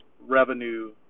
revenue